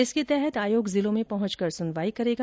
इसके तहत आयोग जिलों में पहंचकर सुनवाई करेगा